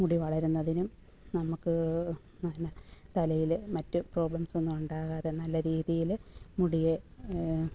മുടി വളരുന്നതിനും നമുക്ക് തലയിൽ മറ്റു പ്രോബ്ലംസൊന്നും ഉണ്ടാകാതെ നല്ല രീതിയിൽ മുടിയെ